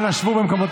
אנא שבו במקומותיכם.